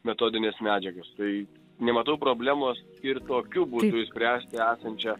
metodines medžiagas tai nematau problemos ir tokiu būdu išspręsti esančią